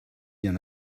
bien